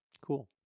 Cool